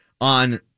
on